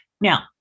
Now